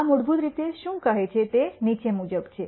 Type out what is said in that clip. આ મૂળભૂત રીતે શું કહે છે તે નીચે મુજબ છે